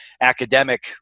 academic